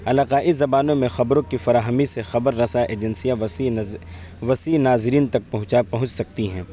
علاقائی زبانوں میں خبروں کی فراہمی سے خبر رساں ایجنسیاں وسیع وسیع ناظرین تک پہنچا پہنچ سکتی ہیں